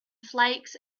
flakes